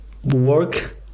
Work